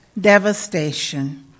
devastation